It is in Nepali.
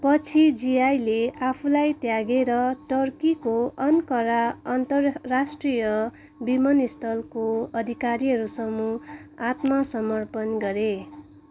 पछि जिआईले आफूलाई त्यागेर टर्कीको अन्कारा अन्तर्राष्ट्रिय विमानस्थलको अधिकारीहरूसामु आत्मसमर्पण गरे